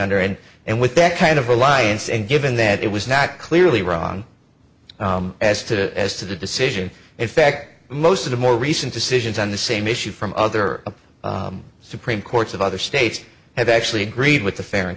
under and and with that kind of reliance and given that it was not clearly wrong as to as to the decision in fact most of the more recent decisions on the same issue from other supreme courts of other states have actually agreed with the fair and